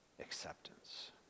acceptance